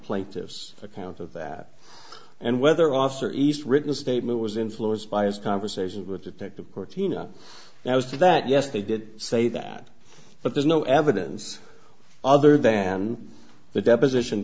plaintiff's account of that and whether officer east written statement was influenced by his conversation with detective cortinas that was that yes they did say that but there's no evidence other than the deposition